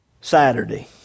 Saturday